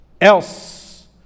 else